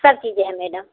सब चीजें हैं मैडम